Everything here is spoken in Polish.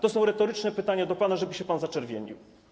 To są retoryczne pytania do pana, żeby się pan zaczerwienił.